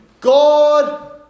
God